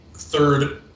third